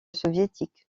soviétique